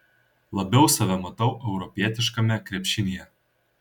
labiau save matau europietiškame krepšinyje